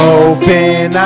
open